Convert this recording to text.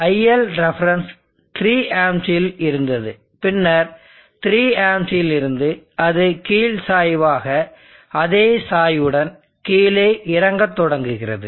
ILref 3 Amps இல் இருந்தது பின்னர் 3 Amps லிருந்து அது கீழ் சாய்வாக அதே சாய்வுடன் கீழே இறங்க தொடங்குகிறது